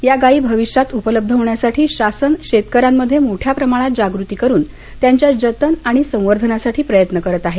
या गाई भविष्यात उपलब्ध होण्यासाठी शासन शेतकऱ्यांमध्ये मोठ्या प्रमाणात जागृती करून त्यांच्या जतन आणि संवर्धनासाठी प्रयत्न करत आहे